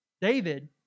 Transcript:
David